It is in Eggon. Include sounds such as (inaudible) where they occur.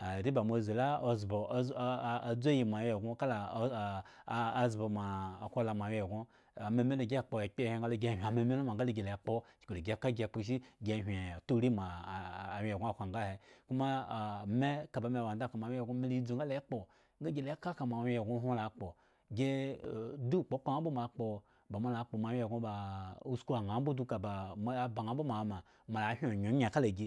Ah are ba mo abzu (unintelligible) adzuayi moawyen egŋo kala (unintelligible) azbo moakola moawyen egŋo (hesitation) ama milo gi kpo ekpe helo nga gi hyen ama milo ma nga la ekpo chuku da gi ka gi kposhi? Chuku dagi ka gi hyen otaori moa (hesitation) wyen egŋo akwanga ahe, koma ah me ka ba me wo andakhpo moawyen egŋo me dzu nga mela ekpo nga gi la kaeka moawyen egŋo hwon la kpo gi do kpokpo ŋha mbo mo akpo ba moala kpo moawyen egŋo ba usku ŋha mbo duka ba eba ŋha mbo moawoma moala hyen nyeonye kalagi